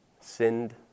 sinned